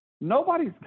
Nobody's